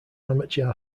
amateur